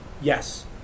yes